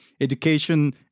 Education